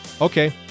Okay